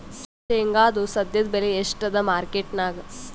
ಶೇಂಗಾದು ಸದ್ಯದಬೆಲೆ ಎಷ್ಟಾದಾ ಮಾರಕೆಟನ್ಯಾಗ?